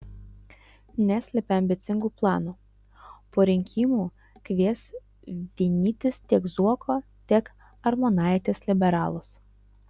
neslepia ambicingų planų po rinkimų kvies vienytis tiek zuoko tiek armonaitės liberalus